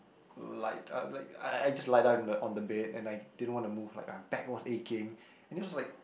like uh like I I I just lie down in the on the bed and I didn't want to move like my back was aching and it was just like